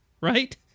right